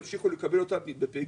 ימשיכו לקבל אותם מ-...